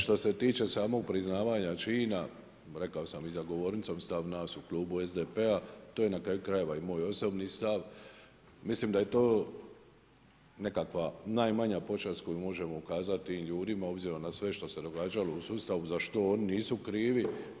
Što se tiče samog priznavanja čina, rekao sam i za govornicom, stav nas u Klubu SDP-a to je na kraju krajeva i moj osobni stav, mislim da je to nekakva najmanja počast koju možemo ukazati tim ljudima obzirom na sve što se događalo u sustavu za što oni nisu krivi.